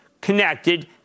connected